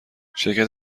شرکت